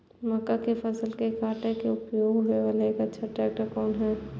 मक्का के फसल काटय के लिए उपयोग होय वाला एक अच्छा ट्रैक्टर कोन हय?